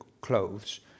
clothes